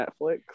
Netflix